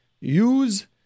use